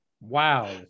Wow